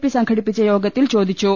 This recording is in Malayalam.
പി സംഘ ടിപ്പിച്ച യോഗത്തിൽ ചോദിച്ചു